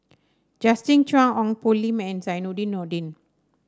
Justin Zhuang Ong Poh Lim and Zainudin Nordin